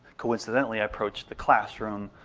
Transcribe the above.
coincidentally, i approach the classroom,